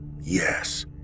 Yes